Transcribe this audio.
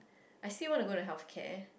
I still want to go to health care